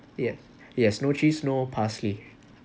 yes yes no cheese no parsley